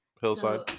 hillside